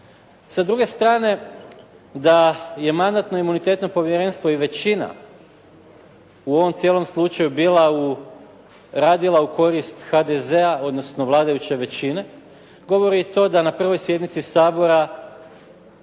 S druge strane, da je Mandatno-imunitetno povjerenstvo i većina u ovom cijelom slučaju radila u korist HDZ-a odnosno vladajuće većine govori i to da na 1. sjednici Sabora